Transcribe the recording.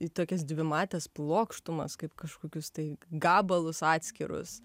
į tokias dvimates plokštumas kaip kažkokius tai gabalus atskirus